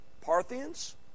Parthians